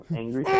angry